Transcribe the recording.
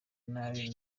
nabi